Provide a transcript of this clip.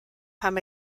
pam